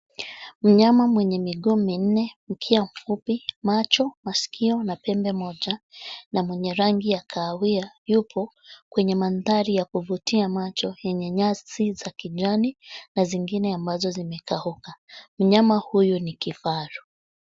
Mnyama mwenye miguu minne, mkia mfupi, macho, masikio na pembe moja, na mwenye rangi ya kahawia, yupo kwenye mandhari ya kuvutia macho yenye nyasi za kijani na zingine ambazo zimekauka. Mnyama huyu ni kifaru.